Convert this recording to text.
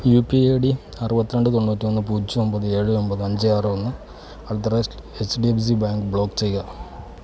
U P I ID അറുപത്തി രണ്ട് തൊണ്ണൂറ്റി ഒന്ന് പൂജ്യം ഒമ്പത് ഏഴ് ഒമ്പത് അഞ്ച് ആറ് ഒന്ന് at the rate H D F C bank block ചെയ്യുക